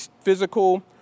physical